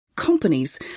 companies